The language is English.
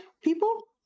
people